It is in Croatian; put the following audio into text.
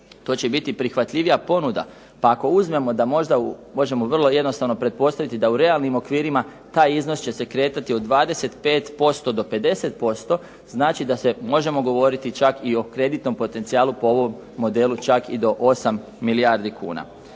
to će biti prihvatljivija ponuda. Pa ako uzmemo da možda možemo vrlo jednostavno pretpostaviti da u realnim okvirima taj iznos će se kretati od 25% do 50%. Znači, da možemo govoriti čak i o kreditnom potencijalu po ovom modelu čak i do 8 milijardi kuna.